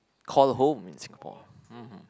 call home in Singapore mmhmm